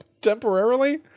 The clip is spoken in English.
temporarily